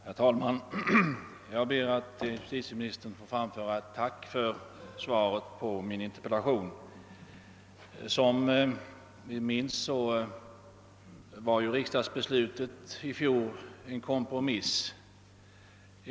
Herr talman! Jag ber att få tacka justitieministern för svaret på min interpellation. Som vi alla minns var riksdagsbeslutet i fjol en kompromiss.